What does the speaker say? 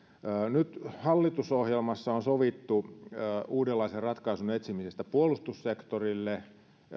nyt hallitusohjelmassa on sovittu uudenlaisen ratkaisun etsimisestä puolustussektorille